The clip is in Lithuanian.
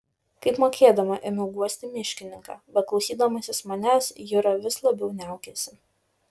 kaip mokėdama ėmiau guosti miškininką bet klausydamasis manęs jura vis labiau niaukėsi